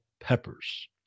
peppers